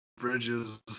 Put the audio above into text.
Bridges